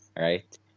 right